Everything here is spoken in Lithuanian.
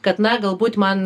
kad na galbūt man